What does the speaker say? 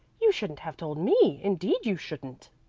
you shouldn't have told me indeed you shouldn't!